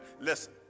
Listen